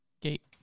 Gate